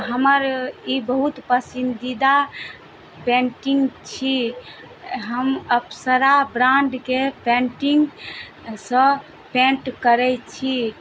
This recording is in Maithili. हमर ई बहुत पसन्दीदा पेंटिंग छी हम अप्सरा ब्रांडके पेंटिंगसँ पेंट करइ छी